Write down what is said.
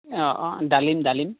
অঁ অঁ ডালিম ডালিম